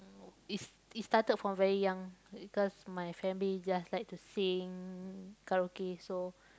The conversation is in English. is is started from very young because my family just like to sing karaoke so